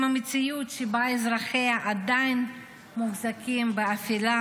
המציאות שבה אזרחיה עדיין מוחזקים באפלה,